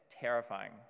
terrifying